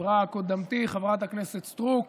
דיברה קודמתי חברת הכנסת סטרוק,